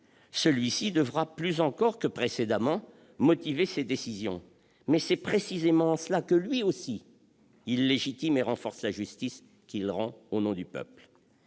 le juge devra plus encore que précédemment motiver ses décisions, mais c'est précisément ainsi qu'il légitime et renforce la justice qu'il rend au nom du peuple.